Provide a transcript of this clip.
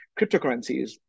cryptocurrencies